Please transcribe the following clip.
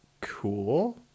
cool